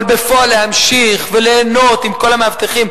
אבל בפועל להמשיך וליהנות עם כל המאבטחים.